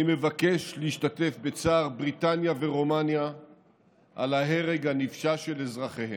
אני מבקש להשתתף בצער בריטניה ורומניה על ההרג הנפשע של אזרחיהן.